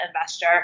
investor